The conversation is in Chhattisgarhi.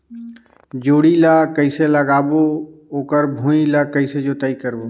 जोणी ला कइसे लगाबो ओकर भुईं ला कइसे जोताई करबो?